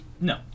No